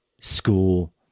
school